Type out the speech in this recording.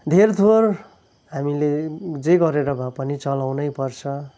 धेरथोर हामीले जे गरेर भए पनि चलाउनै पर्छ